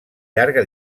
llarga